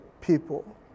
people